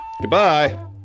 Goodbye